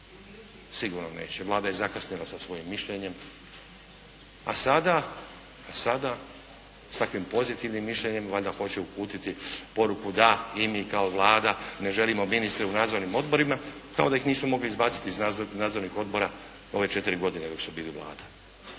sigurno neće. Vlada je zakasnila sa svojim mišljenjem. A sada, a sada, sa takvim pozitivnim mišljenjem valjda hoće uputiti poruku da i mi kao Vlada ne želimo ministre u nadzornim odborima, kao da ih nisu mogli izbaciti iz nadzornih odbora dok su bili Vlada,